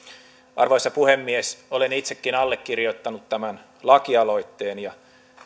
arvoisa puhemies olen itsekin allekirjoittanut tämän lakialoitteen ja